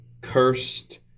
cursed